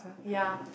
ya